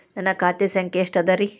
ನನ್ನ ಖಾತೆ ಸಂಖ್ಯೆ ಎಷ್ಟ ಅದರಿ?